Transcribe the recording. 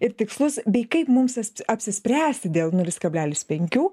ir tikslus bei kaip mums apsispręsti dėl nulis kablelis penkių